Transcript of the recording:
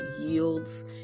yields